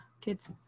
kids